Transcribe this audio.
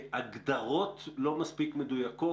אלה הגדרות לא מספיק מדויקות?